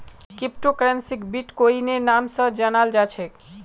crypto करन्सीक बिट्कोइनेर नाम स जानाल जा छेक